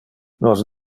nos